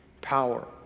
power